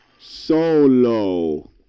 Solo